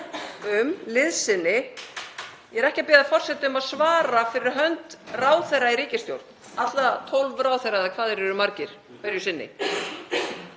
um liðsinni. Ég er ekki að biðja forseta um að svara fyrir hönd ráðherra í ríkisstjórn, allra 12 ráðherra, eða hvað þeir eru margir hverju sinni.